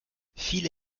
viele